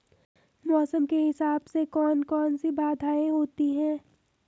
मौसम के हिसाब से कौन कौन सी बाधाएं होती हैं?